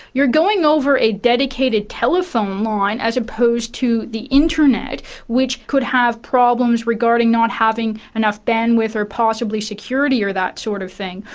you're going over a dedicated telephone line as opposed to the internet which could have problems regarding not having enough bandwidth or possibly security or that sort of thing.